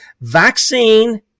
Vaccine